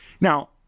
Now